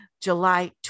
July